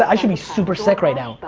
i should be super sick right now.